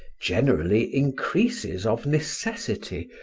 generally increases, of necessity,